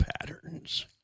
patterns